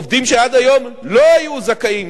עובדים שעד היום לא היו זכאים,